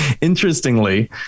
interestingly